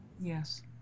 yes